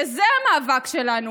זה המאבק שלנו.